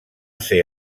ser